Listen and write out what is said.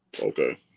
Okay